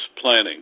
planning